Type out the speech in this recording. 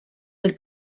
del